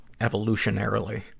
evolutionarily